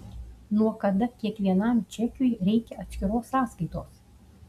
nuo kada kiekvienam čekiui reikia atskiros sąskaitos